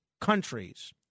countries